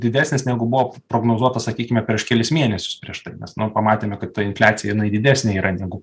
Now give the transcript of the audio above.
didesnis negu buvo prognozuota sakykime prieš kelis mėnesius prieš tai nes na pamatėme kad ta infliacija didesnė yra negu